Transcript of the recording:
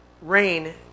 rain